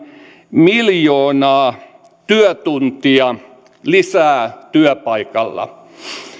miljoonaa työtuntia lisää työpaikalla